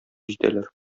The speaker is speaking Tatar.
җитәләр